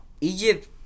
Egypt